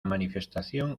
manifestación